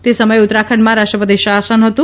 તે સમયે ઉત્તરાખંડમાં રાષ્ટ્રપતિ શાસન હતું